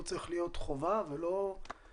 חושב שזאת צריכה להיות חובה ולא בקשה,